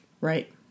Right